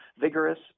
vigorous